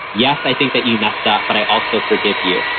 yes, i think that you messed up, but i also forgive you.